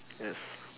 yes